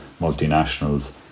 multinationals